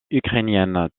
ukrainiennes